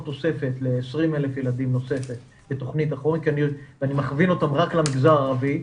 החומש עוד תוספת ל-20,000 ילדים ואני מכווין אותם רק למגזר הערבי,